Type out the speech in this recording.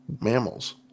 mammals